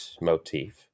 motif